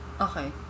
okay